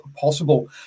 possible